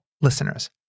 listeners